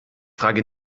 frage